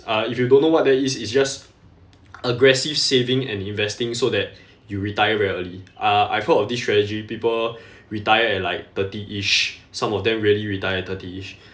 uh if you don't know what that is it's just aggressive saving and investing so that you retire very early uh I've heard of this strategy people retire at like thirty-ish some of them really retire thirty-ish